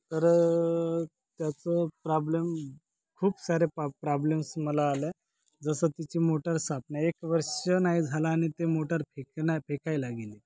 तर त्याचं प्रॉब्लेम खूप सारे पा प्राब्लेम्स मला आले जसं तिची मोटर साफ नाही एक वर्ष नाही झाला आणि ते मोटर फेक नाही फेकायला गेली